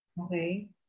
Okay